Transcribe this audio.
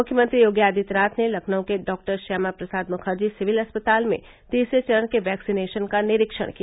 मुख्यमंत्री योगी आदित्यनाथ ने लखनऊ के डॉ श्यामा प्रसाद मुखर्जी सिविल अस्पताल में तीसरे चरण के वैक्सिनेशन का निरीक्षण किया